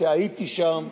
שהייתי שם,